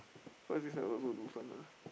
cause this side also lose one lah